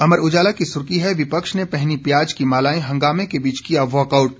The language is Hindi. अमर उजाला की सुर्खी है विपक्ष ने पहनीं प्याज की मालाएं हंगामे के बीच किया वाकआउट